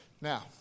now